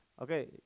Okay